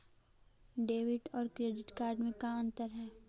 Debit और credit card में का अंतर हइ?